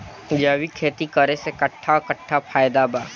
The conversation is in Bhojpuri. जैविक खेती करे से कट्ठा कट्ठा फायदा बा?